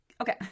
Okay